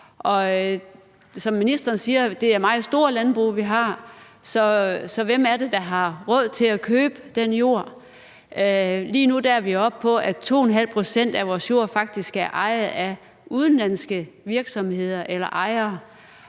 og som ministeren siger, er det meget store landbrug, vi har, så hvem er det, der har råd til at købe den jord? Lige nu er vi oppe på, at 2,5 pct. af vores jord faktisk er ejet af udenlandske virksomheder eller ejere,